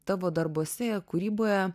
tavo darbuose kūryboje